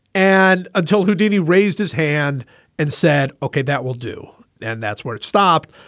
and until who did, he raised his hand and said, ok, that will do. and that's where it stopped.